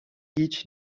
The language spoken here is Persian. هیچ